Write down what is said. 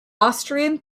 austrian